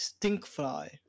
Stinkfly